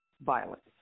violence